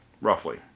roughly